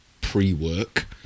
pre-work